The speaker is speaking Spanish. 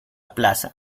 plaza